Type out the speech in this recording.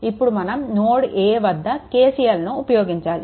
ఇప్పుడు మనం node a వద్ద KCLను ఉపయోగించాలి